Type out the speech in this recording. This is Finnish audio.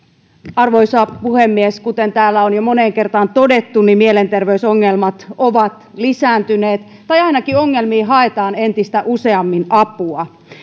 arvoisa puhemies kuten täällä on jo moneen kertaan todettu niin mielenterveysongelmat ovat lisääntyneet tai ainakin ongelmiin haetaan entistä useammin apua